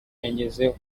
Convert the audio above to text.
yangezeho